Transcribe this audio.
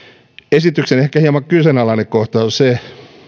esityksen ehkä hieman kyseenalainen kohta on